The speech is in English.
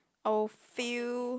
our feel